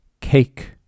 Cake